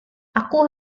aku